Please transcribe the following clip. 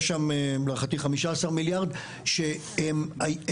יש שם להערכתי 15 מיליארד שקלים.